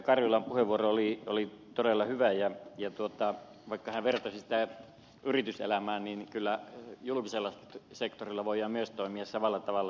karjulan puheenvuoro oli todella hyvä ja vaikka hän vertasi yrityselämään niin kyllä julkisella sektorilla voidaan myös toimia samalla tavalla